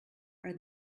are